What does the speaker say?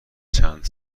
چند